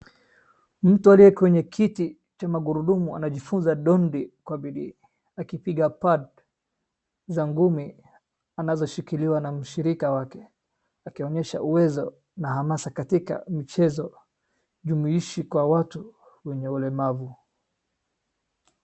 Mtu aliye kwenye kiti cha magurudumu anajifunza dondi kwa bidii akipiga pad za ngumi anazoshikiliwa na mshirika wake, akionyesha uwezo na hamasa katika mchezo jumuishi kwa watu wenye ulemavu.